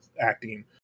acting